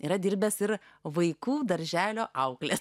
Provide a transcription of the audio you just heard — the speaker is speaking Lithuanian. yra dirbęs ir vaikų darželio auklės